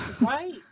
Right